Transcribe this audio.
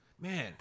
man